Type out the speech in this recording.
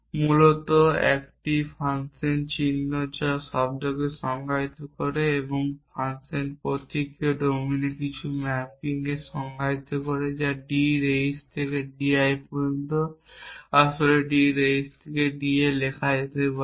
মূলত একটি ফাংশন চিহ্ন একটি শব্দকে সংজ্ঞায়িত করে একটি ফাংশন প্রতীকও ডোমিনে কিছু ম্যাপিংকে সংজ্ঞায়িত করে যা D raise থেকে DI পর্যন্ত এখানে আসলে D raise D এ লেখা হতে পারে